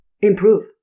improve